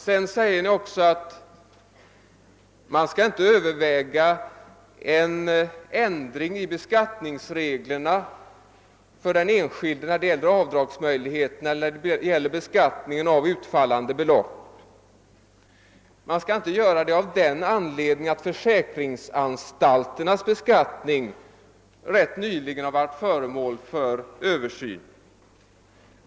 Vidare säger de moderata, att man inte skall överväga en ändring av avdragsmöjligheterna för den enskilde eller beskattningen av utfallande belopp av den anledningen att försäkringsanstalternas beskattning ganska nyligen har varit föremål för översyn.